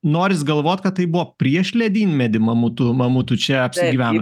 noris galvot kad tai buvo prieš ledynmetį mamutų mamutų čia apsigyveno